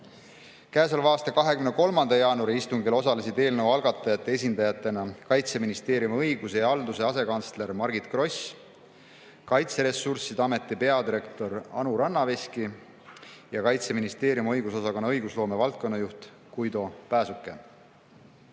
Käesoleva aasta 23. jaanuari istungil osalesid eelnõu algatajate esindajatena Kaitseministeeriumi õigus- ja haldusküsimuste asekantsler Margit Gross, Kaitseressursside Ameti peadirektor Anu Rannaveski ja Kaitseministeeriumi õigusosakonna õigusloome valdkonna juht Guido